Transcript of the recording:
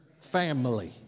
Family